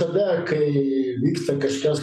tada kai vyksta kažkas